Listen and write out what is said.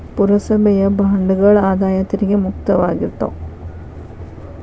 ಪುರಸಭೆಯ ಬಾಂಡ್ಗಳ ಆದಾಯ ತೆರಿಗೆ ಮುಕ್ತವಾಗಿರ್ತಾವ